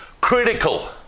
critical